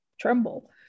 tremble